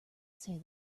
say